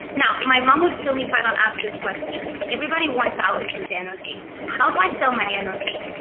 now my mom would kill me if i don't ask this question. everybody wants alex's energy. how do i sell my energy?